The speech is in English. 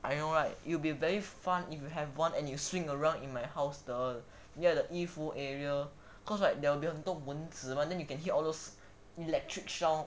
I know right it'll be they fun if you have one and you swing around in my house the near the 衣服 area cause like there will be 很多蚊子 [one] then you can hear all those electric shock